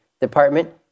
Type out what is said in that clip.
department